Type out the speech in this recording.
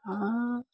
হাঁহ